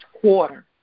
quarter